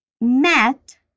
met